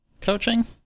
Coaching